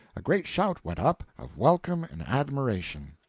a great shout went up, of welcome and admiration.